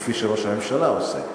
כפי שראש הממשלה עושה.